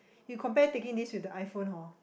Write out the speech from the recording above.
you compare taking this with the iPhone horn